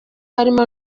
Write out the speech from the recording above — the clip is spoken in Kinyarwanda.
harimo